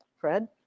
fred